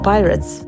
Pirates